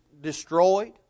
destroyed